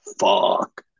Fuck